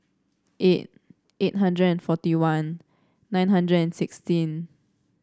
eight eight hundred and forty one nine hundred and sixteen